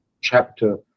chapter